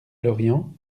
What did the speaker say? lorient